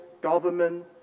government